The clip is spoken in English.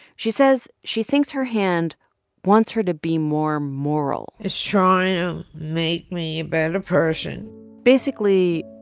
she says she thinks her hand wants her to be more moral it's trying to make me a better person basically,